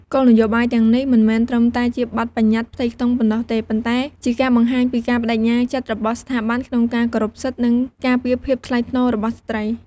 គោលនយោបាយទាំងនេះមិនមែនត្រឹមតែជាបទប្បញ្ញត្តិផ្ទៃក្នុងប៉ុណ្ណោះទេ ប៉ុន្តែជាការបង្ហាញពីការប្តេជ្ញាចិត្តរបស់ស្ថាប័នក្នុងការគោរពសិទ្ធិ និងការពារភាពថ្លៃថ្នូររបស់ស្ត្រី។